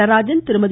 Natarajan Thirumathi